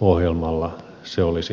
ohjelmalla se olisi mahdollista